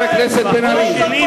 לא על רקע כבוד המשפחה,